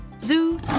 Zoo